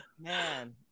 Man